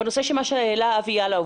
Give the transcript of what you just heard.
בנושא שהעלה אבי ילאו,